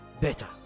better